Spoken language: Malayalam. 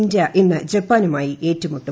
ഇന്ത്യ ഇന്ന് ജപ്പാനുമായി ഏറ്റുമുട്ടും